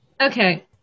Okay